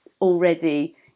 already